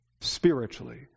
spiritually